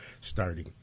starting